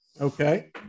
Okay